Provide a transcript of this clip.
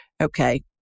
Okay